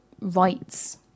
rights